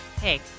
Hey